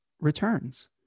returns